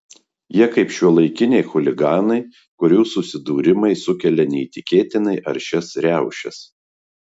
jie kaip šiuolaikiniai chuliganai kurių susidūrimai sukelia neįtikėtinai aršias riaušes